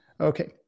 okay